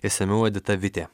išsamiau edita vitė